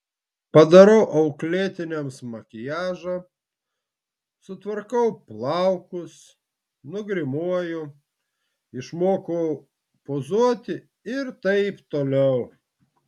padarau auklėtiniams makiažą sutvarkau plaukus nugrimuoju išmokau pozuoti ir taip toliau